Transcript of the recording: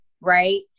right